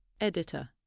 Editor